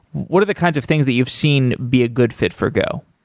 what are the kinds of things that you've seen be a good fit for go?